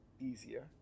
easier